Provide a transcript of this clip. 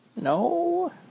No